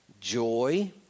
joy